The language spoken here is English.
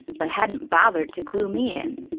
but hadn't bothered to clue me in.